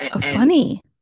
Funny